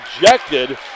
rejected